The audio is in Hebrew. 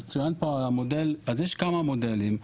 יש כמה מודלים.